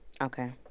Okay